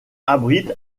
abrite